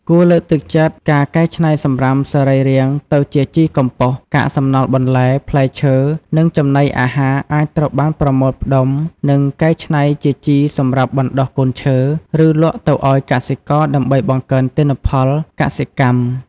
គួរលើកទឹកចិត្តការកែច្នៃសំរាមសរីរាង្គទៅជាជីកំប៉ុស្តិ៍ កាកសំណល់បន្លែ ផ្លែឈើ និងចំណីអាហារអាចត្រូវបានប្រមូលផ្ដុំ និងកែច្នៃជាជីសម្រាប់បណ្តុះកូនឈើ ឬលក់ទៅឱ្យកសិករដើម្បីបង្កើនទិន្នផលកសិកម្ម។